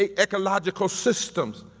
ah ecological systems,